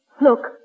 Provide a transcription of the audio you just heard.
Look